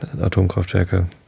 Atomkraftwerke